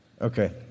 Okay